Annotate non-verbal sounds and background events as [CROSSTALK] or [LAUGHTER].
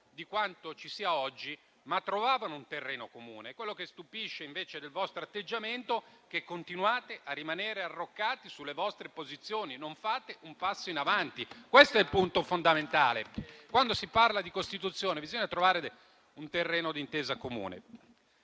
di quanto si sia oggi, ma trovavano un terreno comune. Quello che stupisce invece del vostro atteggiamento è che continuate a rimanere arroccati sulle vostre posizioni e non fate un passo in avanti. [APPLAUSE] Questo è il punto fondamentale. Quando si parla di Costituzione bisogna trovare un terreno d'intesa comune.